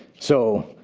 so,